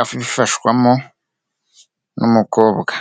abifashwamo n'umukobwa.